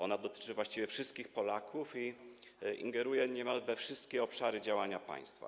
Ona dotyczy właściwie wszystkich Polaków i ingeruje w niemal wszystkie obszary działania państwa.